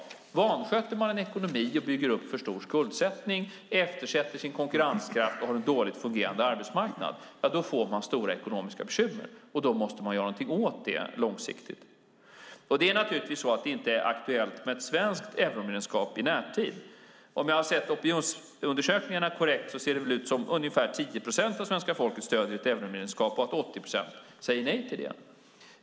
Vansköter man en ekonomi och bygger upp för stor skuldsättning, eftersätter sin konkurrenskraft och har en dåligt fungerande arbetsmarknad får man stora ekonomiska bekymmer. Då måste man göra något åt det långsiktigt. Det är inte aktuellt med ett svenskt euromedlemskap i närtid. Har jag läst opinionsmätningarna korrekt stöder ungefär 10 procent av svenska folket ett euromedlemskap medan 80 procent säger nej till det.